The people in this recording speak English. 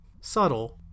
Subtle